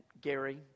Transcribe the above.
Gary